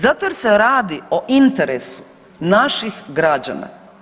Zato jer se radi o interesu naših građana.